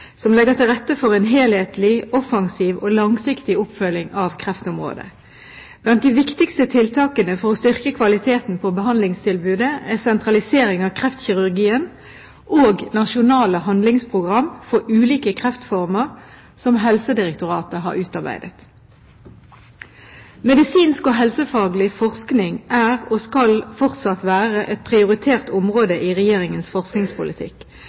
som legger til rette for en helhetlig, offensiv og langsiktig oppfølging av kreftområdet. Blant de viktigste tiltakene for å styrke kvaliteten på behandlingstilbudet er sentralisering av kreftkirurgien og nasjonale handlingsprogrammer for ulike kreftformer som Helsedirektoratet har utarbeidet. Medisinsk og helsefaglig forskning er, og skal fortsatt være, et prioritert område i Regjeringens forskningspolitikk.